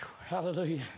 Hallelujah